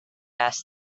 asked